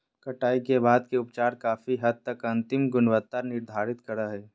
कटाई के बाद के उपचार काफी हद तक अंतिम गुणवत्ता निर्धारित करो हइ